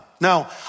Now